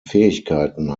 fähigkeiten